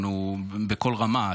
בכל רמה.